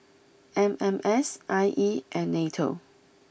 M M S I E and Nato